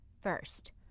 first